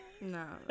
No